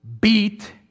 beat